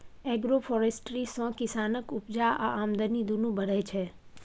agroforestry सँ किसानक उपजा आ आमदनी दुनु बढ़य छै